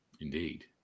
Indeed